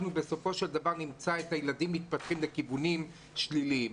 אנחנו בסופו של דבר נמצא את הילדים מתפתחים לכיוונים שליליים.